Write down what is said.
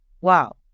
wow